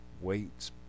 weights